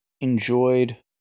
enjoyed